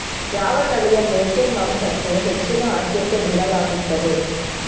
ಯಾವ ತಳಿಯ ಮೇಕೆ ಮಾಂಸಕ್ಕೆ ಹೆಚ್ಚಿನ ಆದ್ಯತೆ ನೀಡಲಾಗುತ್ತದೆ?